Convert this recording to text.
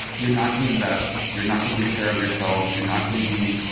you're not going to invest. you're not gonna take care of yourself. you're not gonna be